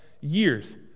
years